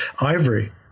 ivory